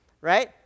right